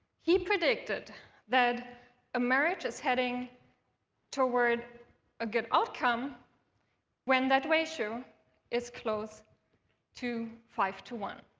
he predicted that a marriage is heading toward a good outcome when that ratio is close to five to one.